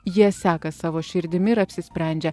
jie seka savo širdimi ir apsisprendžia